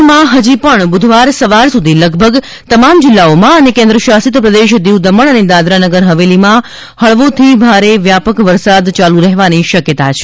રાજ્યમાં હજી પણ બુધવાર સવાર સુધી લગભગ તમામ જિલ્લાઓમાં અને કેન્દ્રશાસિત પ્રદેશ દિવ દમણ અન દાદરાનગર હવેલીમાં હળવાથી ભારે વ્યાપક વરસાદ ચાલુ રહેવાની શક્યતા છે